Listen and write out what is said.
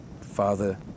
Father